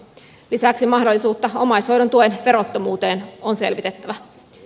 lisäksi mahdollisuutta omaishoidon tuen verottomuuteen on selvitettävä